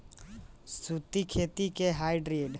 सूखी खेती के ड्राईलैंड फार्मिंग भी कहल जाला